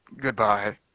goodbye